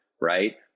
right